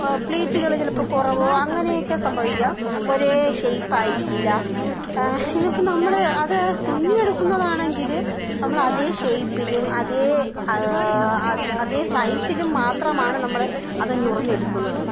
പ്ലീറ്റുകൾ ചിലപ്പോൾ കുറവോ അങ്ങനെയൊക്കെ സംഭവിക്കാം ഒരേ ഷേയ്പ്പ് ആയിരിക്കില്ല ഇനിയിപ്പോൾ നമ്മൾ അത് തുന്നി എടുക്കുന്നതാണെങ്കിൽ നമ്മൾ അതെ ഷേയ്പ്പിലും അതെ അതെ സൈസിലും മാത്രമാണ് നമ്മൾ അത് ഞൊറിഞ്ഞ് എടുക്കുന്നത്